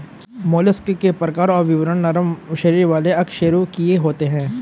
mollusc के प्रकार और विवरण नरम शरीर वाले अकशेरूकीय होते हैं